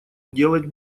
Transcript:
делать